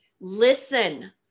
Listen